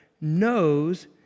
knows